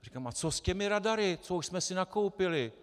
Říkám a co s těmi radary, co už jsme si nakoupili?